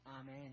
Amen